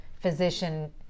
physician